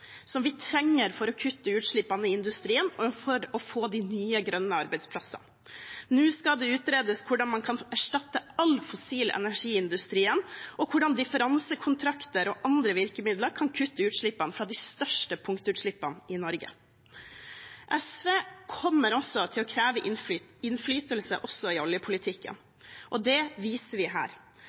som vi trenger for å kutte utslippene i industrien og for å få de nye, grønne arbeidsplassene. Nå skal det utredes hvordan man kan erstatte all fossil energi i industrien, og hvordan differansekontrakter og andre virkemidler kan kutte utslippene fra de største punktutslippene i Norge. SV kommer også til å kreve innflytelse i oljepolitikken, og det viser vi her.